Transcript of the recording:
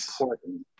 important